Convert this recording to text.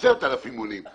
10 אלפים מונים,